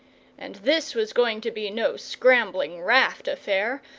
and this was going to be no scrambling raft-affair,